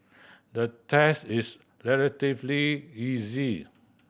the test is relatively easy